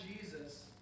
Jesus